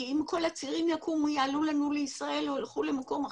אם כל הצעירים יעלו לנו לישראל או יילכו למקום אחר,